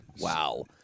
Wow